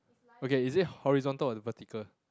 okay is it horizontal or vertical